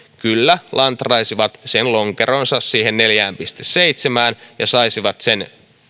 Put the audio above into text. kyllä lantraisivat sen lonkeronsa siihen neljään pilkku seitsemään ja saisivat sen